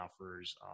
offers